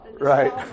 right